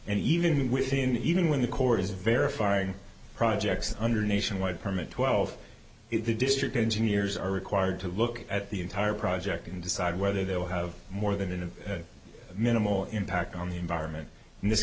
within even when the court is verifying projects under a nationwide permit twelve the district engineers are required to look at the entire project and decide whether they will have more than a minimal impact on the environment in this